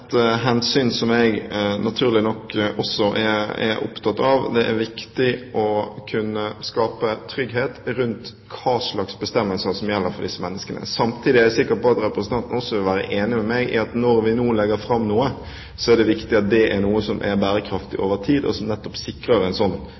viktig å kunne skape trygghet rundt hvilke bestemmelser som gjelder for disse menneskene. Samtidig er jeg sikker på at representanten også vil være enig med meg i at når vi nå legger fram noe, er det viktig at det er noe som er bærekraftig